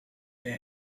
were